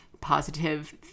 positive